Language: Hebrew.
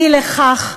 אי לכך,